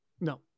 No